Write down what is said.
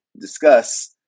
discuss